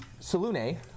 Salune